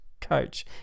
coach